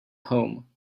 home